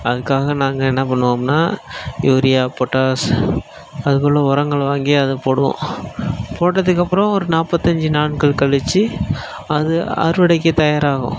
அதுக்காக நாங்கள் என்ன பண்ணுவோம்னா யூரியா பொட்டாஸ் அதுக்குள்ள உரங்கள் வாங்கி அது போடுவோம் போட்டதுக்கு அப்பறோம் ஒரு நாற்பத்தஞ்சி நாட்கள் கழித்து அது அறுவடைக்கு தயாராகும்